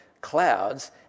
clouds